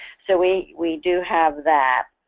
so we we do have that.